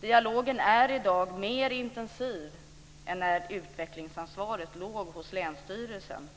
Dialogen är i dag mer intensiv än när utvecklingsansvaret låg hos länsstyrelsen,